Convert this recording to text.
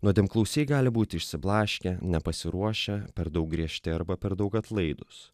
nuodėmklausiai gali būti išsiblaškę nepasiruošę per daug griežti arba per daug atlaidūs